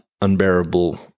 unbearable